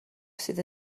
sydd